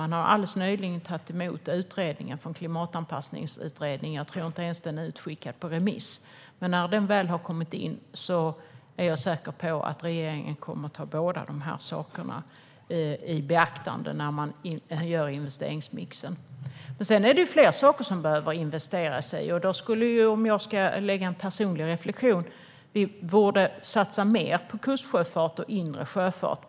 Man har alldeles nyligen tagit emot Klimatanpassningsutredningen. Jag tror att den inte ens är utskickad på remiss. Men jag är säker på att när den väl har kommit in kommer regeringen att ta de båda sakerna i beaktande när man gör investeringsmixen. Man behöver investera i fler saker. Personligen tycker jag att vi borde satsa mer på kustsjöfart och inre sjöfart.